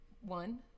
One